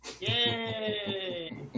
Yay